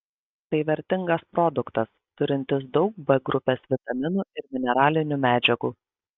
tai vertingas produktas turintis daug b grupės vitaminų ir mineralinių medžiagų